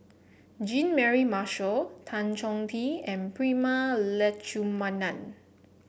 Jean Mary Marshall Tan Chong Tee and Prema Letchumanan